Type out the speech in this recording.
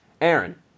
Aaron